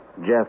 Jeff